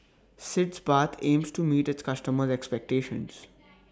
Sitz Bath aims to meet its customers' expectations